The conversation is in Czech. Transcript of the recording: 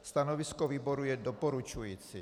Stanovisko výboru je doporučující.